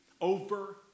over